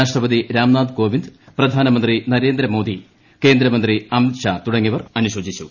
രാഷ്ട്രപതി രാംനാഥ് കോവിന്ദ് പ്രധാനമന്ത്രി നരേന്ദ്രമോദി കേന്ദ്രമന്ത്രി അമിത് ഷാ തുടങ്ങിയവർ അനുശോചിച്ചു